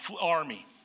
army